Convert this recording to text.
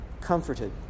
comforted